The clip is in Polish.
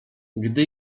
gdy